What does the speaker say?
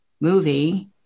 movie